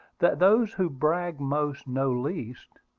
that those who brag most know least,